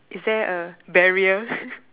is there a barrier